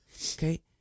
Okay